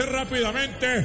rápidamente